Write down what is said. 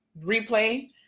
replay